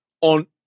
on